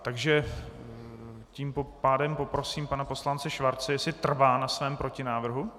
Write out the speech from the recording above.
Takže tím pádem poprosím pana poslance Schwarze, jestli trvá na svém protinávrhu.